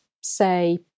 say